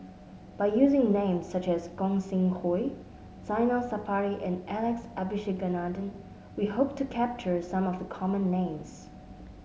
by using names such as Gog Sing Hooi Zainal Sapari and Alex Abisheganaden we hope to capture some of the common names